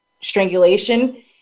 strangulation